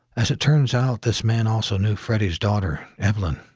as it turns out, this man also knew freddie's daughter, evelyn.